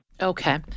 Okay